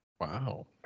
Wow